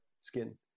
skin